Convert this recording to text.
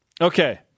Okay